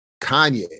Kanye